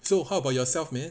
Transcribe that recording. so how about yourself man